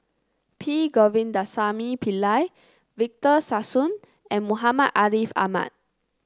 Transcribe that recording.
P Govindasamy Pillai Victor Sassoon and Muhammad Ariff Ahmad